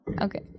Okay